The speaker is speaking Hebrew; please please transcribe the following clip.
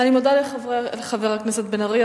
אני מודה לחבר הכנסת בן-ארי.